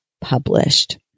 published